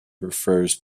refers